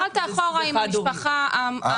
התחלת אחורה על המשפחה הגרעינית.